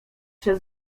przed